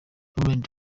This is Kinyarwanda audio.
lauren